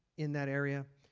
in that area.